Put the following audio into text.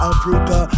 Africa